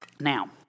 Now